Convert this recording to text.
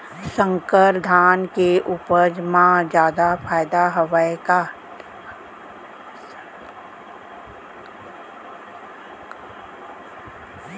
संकर धान के उपज मा जादा फायदा हवय का?